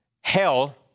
Hell